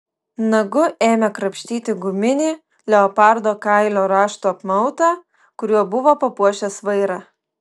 nagu ėmė krapštyti guminį leopardo kailio raštų apmautą kuriuo buvo papuošęs vairą